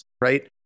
right